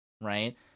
Right